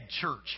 church